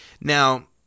Now –